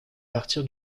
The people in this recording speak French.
partir